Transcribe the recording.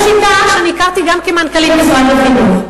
זו שיטה שאני הכרתי גם כמנכ"לית משרד החינוך.